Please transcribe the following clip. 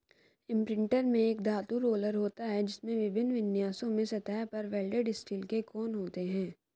imprinter में एक धातु रोलर होता है, जिसमें विभिन्न विन्यासों में सतह पर वेल्डेड स्टील के कोण होते हैं